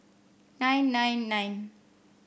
nine nine nine